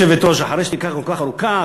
אחרי שתיקה כל כך ארוכה,